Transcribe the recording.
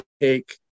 take